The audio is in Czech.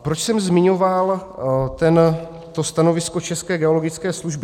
Proč jsem zmiňoval to stanovisko České geologické služby?